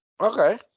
Okay